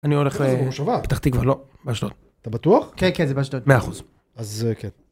אני הולך ל... פתח תקווה, לא, באשדוד. אתה בטוח? כן, כן, באשדוד, 100 אחוז. אז כן.